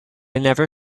never